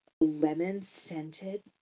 lemon-scented